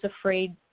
afraid